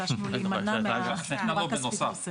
ביקשנו להימנע מהתמורה הכספית הנוספת.